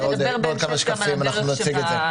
בעוד כמה שקפים אנחנו נציג את זה.